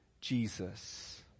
Jesus